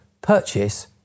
purchase